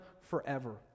forever